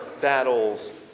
battles